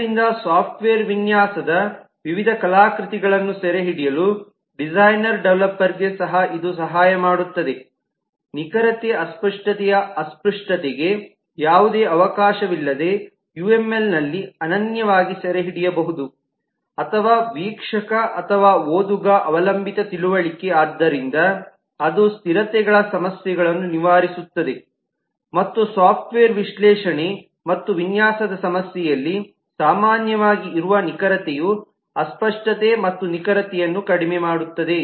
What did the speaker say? ಆದ್ದರಿಂದ ಸಾಫ್ಟ್ವೇರ್ ವಿನ್ಯಾಸದ ವಿವಿಧ ಕಲಾಕೃತಿಗಳನ್ನು ಸೆರೆಹಿಡಿಯಲು ಡಿಸೈನರ್ ಡೆವಲಪರ್ಗೆ ಸಹ ಇದು ಸಹಾಯ ಮಾಡುತ್ತದೆ ನಿಖರತೆ ಅಸ್ಪಷ್ಟತೆಯ ಅಸ್ಪಷ್ಟತೆಗೆ ಯಾವುದೇ ಅವಕಾಶವಿಲ್ಲದೆ ಯುಎಂಎಲ್ನಲ್ಲಿ ಅನನ್ಯವಾಗಿ ಸೆರೆಹಿಡಿಯಬಹುದು ಅಥವಾ ವೀಕ್ಷಕ ಅಥವಾ ಓದುಗ ಅವಲಂಬಿತ ತಿಳುವಳಿಕೆ ಆದ್ದರಿಂದ ಅದು ಸ್ಥಿರತೆಗಳ ಸಮಸ್ಯೆಗಳನ್ನು ನಿವಾರಿಸುತ್ತದೆ ಮತ್ತು ಸಾಫ್ಟ್ವೇರ್ ವಿಶ್ಲೇಷಣೆ ಮತ್ತು ವಿನ್ಯಾಸದ ಸಮಸ್ಯೆಯಲ್ಲಿ ಸಾಮಾನ್ಯವಾಗಿ ಇರುವ ನಿಖರತೆಯು ಅಸ್ಪಷ್ಟತೆ ಮತ್ತು ನಿಖರತೆಯನ್ನು ಕಡಿಮೆ ಮಾಡುತ್ತದೆ